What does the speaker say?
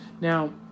now